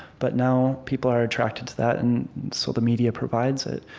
but now people are attracted to that, and so the media provides it